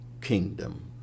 kingdom